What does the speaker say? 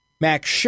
Max